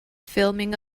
filming